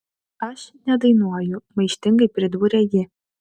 aš nedainuoju maištingai pridūrė ji